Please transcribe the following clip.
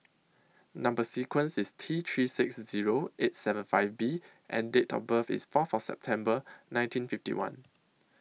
Number sequence IS T three six Zero eight seven five B and Date of birth IS four of September nineteen fifty one